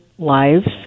Lives